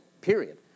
Period